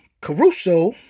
Caruso